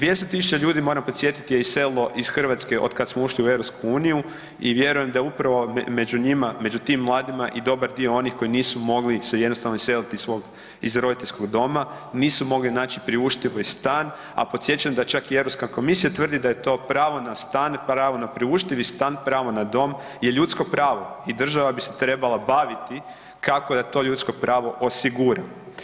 200.000 ljudi moram podsjetiti je iselilo iz Hrvatske od kada smo ušli u EU i vjerujem da upravo među tim mladima i dobar dio oni koji se nisu mogli jednostavno iseliti iz roditeljskog doma, nisu su si mogli naći i priuštiti stan, a podsjećam da čak i Europska komisija tvrdi da je to pravo na stan, pravo na priuštivi stan, pravo na dom je ljudsko pravo i država bi se trebala baviti kako da to ljudsko pravo osigura.